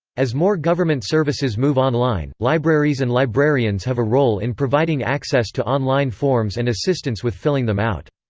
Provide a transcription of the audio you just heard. as more government services move online, libraries and librarians have a role in providing access to online forms and assistance with filling them out.